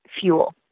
fuel